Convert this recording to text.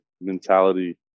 mentality